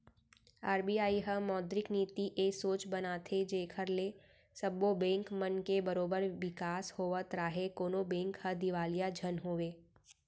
RBI ह मौद्रिक नीति ए सोच बनाथे जेखर ले सब्बो बेंक मन के बरोबर बिकास होवत राहय कोनो बेंक ह दिवालिया झन होवय